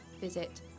visit